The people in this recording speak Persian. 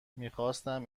میخواستم